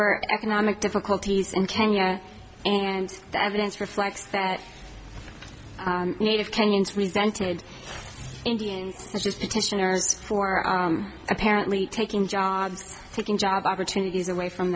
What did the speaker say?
were economic difficulties in kenya and the evidence reflects that native kenyans resented indians just petitioners for apparently taking jobs taking job opportunities away from